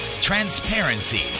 transparency